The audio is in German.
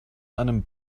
einem